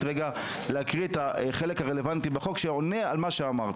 להקריא את החלק הרלוונטי בחוק שעונה על מה שאמרת,